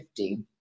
50